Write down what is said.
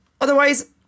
otherwise